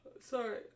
sorry